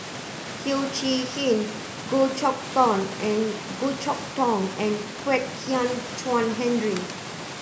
Teo Chee Hean Goh Chok Tong and Goh Chok Tong and Kwek Hian Chuan Henry